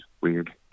weird